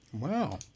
wow